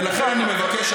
ולכן אני מבקש,